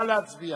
נא להצביע.